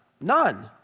None